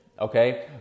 Okay